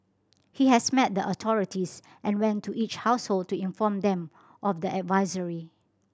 he has met the authorities and went to each household to inform them of the advisory